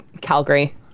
Calgary